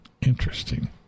Interesting